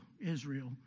Israel